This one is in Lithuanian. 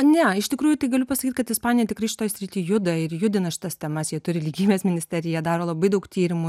ne iš tikrųjų tai galiu pasakyt kad ispanija tikrai šitoj srity juda ir judina šitas temas jie turi lygybės ministeriją jie daro labai daug tyrimų